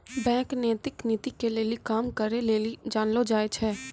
bank नैतिक नीति के लेली काम करै लेली जानलो जाय छै